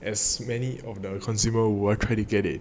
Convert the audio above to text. as many of the consumer won't try to get it